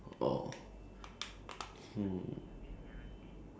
oh if life had an achievement system what